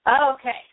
Okay